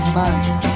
months